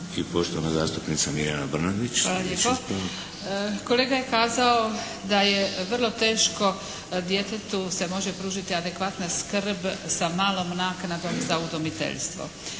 ispravak. **Brnadić, Mirjana (HDZ)** Hvala lijepo. Kolega je kazao da vrlo teško djetetu se može pružiti adekvatna skrb sa malom naknadom za udomiteljstvo.